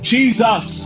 Jesus